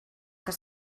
que